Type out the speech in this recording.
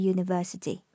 University